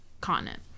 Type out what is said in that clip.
continent